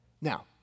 Now